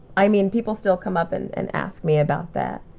i mean people still come up and and ask me about that.